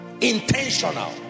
Intentional